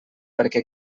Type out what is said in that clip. perquè